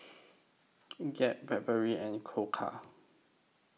Gap Blackberry and Koka